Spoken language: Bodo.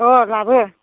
अह लाबो